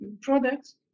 products